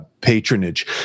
patronage